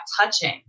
touching